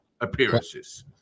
appearances